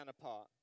apart